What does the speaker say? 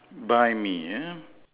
by me uh